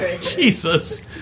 Jesus